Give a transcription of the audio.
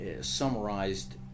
summarized